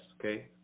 okay